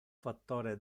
fattore